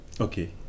Okay